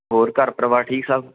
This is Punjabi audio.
ਹੋਰ ਘਰ ਪਰਿਵਾਰ ਠੀਕ ਸਭ